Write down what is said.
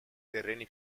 terreni